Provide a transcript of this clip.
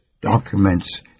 documents